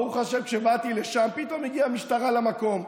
ברוך השם, כשבאתי לשם פתאום הגיעה משטרה למקום,